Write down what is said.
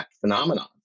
phenomenon